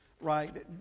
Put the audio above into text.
right